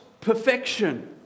perfection